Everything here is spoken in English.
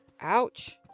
Ouch